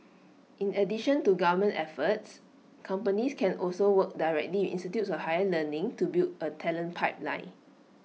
in addition to government efforts companies can also work directly institutes of higher learning to build A talent pipeline